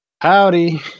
Howdy